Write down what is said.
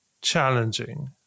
challenging